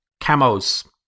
camos